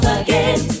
again